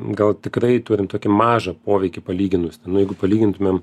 gal tikrai turim tokį mažą poveikį palyginus ten jeigu palygintumėm